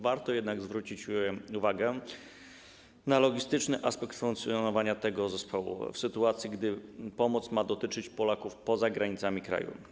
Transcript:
Warto jednak zwrócić uwagę na logistyczny aspekt funkcjonowania tego zespołu w sytuacji, gdy pomoc ma dotyczyć Polaków poza granicami kraju.